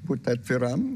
būti atviram